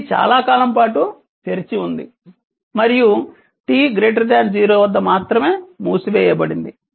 ఇది చాలా కాలం పాటు తెరిచి ఉంది మరియు t 0 వద్ద మాత్రమే మూసివేయబడింది